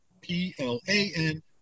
P-L-A-N